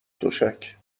تشک